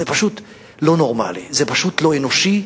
זה פשוט לא נורמלי, זה פשוט לא אנושי.